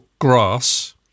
Grass